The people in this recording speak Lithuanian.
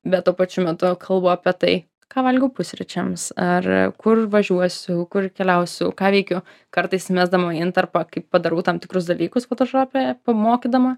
bet tuo pačiu metu kalbu apie tai ką valgiau pusryčiams ar kur važiuosiu kur keliausiu ką veikiu kartais įmesdama intarpą kai padarau tam tikrus dalykus fotošope pamokydama